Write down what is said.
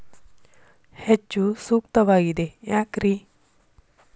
ಹೆಚ್ಚು ಸೂಕ್ತವಾಗಿದೆ ಯಾಕ್ರಿ?